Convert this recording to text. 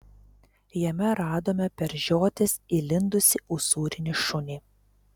jame radome per žiotis įlindusį usūrinį šunį